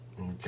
Okay